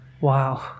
wow